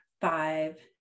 five